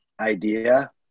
idea